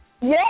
Yes